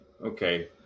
okay